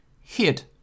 Hit